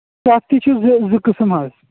تَتھ تہِ چھِ زٕ زٕ قٕسٕم حظ